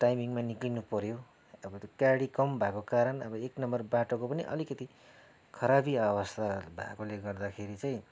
टाइमिङमा निक्लिनु पऱ्यो अब त्यो गाडी कम भएको कारण अब एक नम्बर बाटोको पनि अलिकति खराबी अवस्था भएकोले गर्दाखेरि चाहिँ